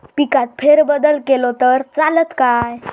पिकात फेरबदल केलो तर चालत काय?